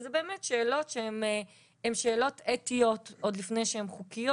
וזה באמת שאלות שהן שאלות אתיות עוד לפני שהן חוקיות.